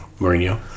Mourinho